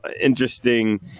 interesting